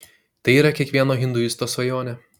tai yra kiekvieno hinduisto svajonė